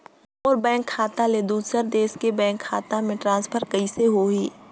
मोर bank खाता ले दुसर देश के बैंक खाता मे ट्रांसफर कइसे होही?